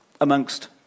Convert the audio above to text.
amongst